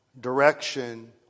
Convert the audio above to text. Direction